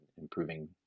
improving